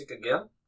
again